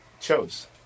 chose